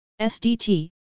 SDT